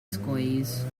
squeeze